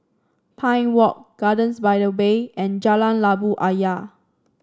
Pine Walk Gardens by the Bay and Jalan Labu Ayer